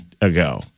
ago